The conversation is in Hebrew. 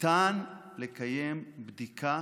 ניתן לקיים בדיקה